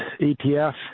ETF